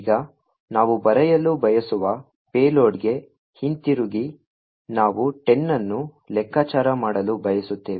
ಈಗ ನಾವು ಬರೆಯಲು ಬಯಸುವ ಪೇಲೋಡ್ಗೆ ಹಿಂತಿರುಗಿ ನಾವು 10 ಅನ್ನು ಲೆಕ್ಕಾಚಾರ ಮಾಡಲು ಬಯಸುತ್ತೇವೆ